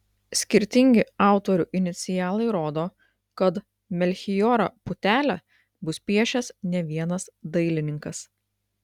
skirtingi autorių inicialai rodo kad melchijorą putelę bus piešęs ne vienas dailininkas